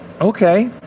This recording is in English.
Okay